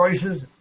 choices